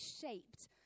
shaped